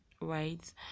right